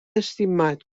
estimat